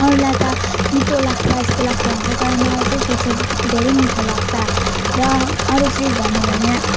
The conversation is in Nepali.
अरूलाई त तितो लाग्छ यस्तो लाग्छ भन्छ तर मलाई चाहिँ त्यो चिज धेरै मिठो लाग्छ र अरू चिज भनौँ भने